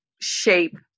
shape